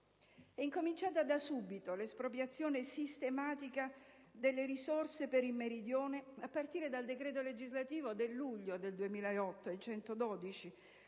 È cominciata da subito l'espropriazione sistematica delle risorse per il Meridione, a partire dal decreto-legge n. 112 del 2008,